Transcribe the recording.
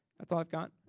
that's all i've got.